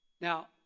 Now